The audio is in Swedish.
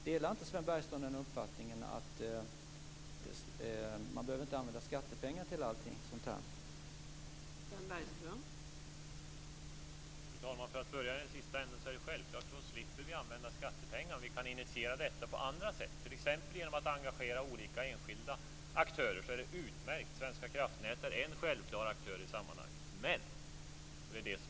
Delar inte Sven Bergström den uppfattningen att man inte behöver använda skattepengar till allting sådant här?